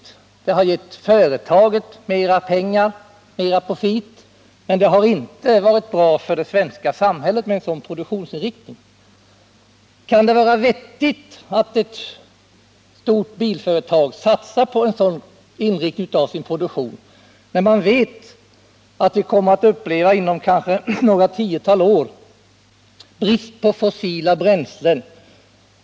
Detta har gett företaget mera pengar, mera profit, men det har inte varit bra för det svenska samhället med en sådan produktionsinriktning. Kan det vara vettigt att ett stort bilföretag satsar på en sådan inriktning av sin produktion som den nuvarande, när vi vet att vi kanske inom några tiotal år kommer att få brist på fossila bränslen?